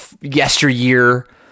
yesteryear